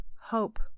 hope